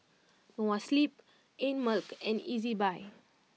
Noa Sleep Einmilk and Ezbuy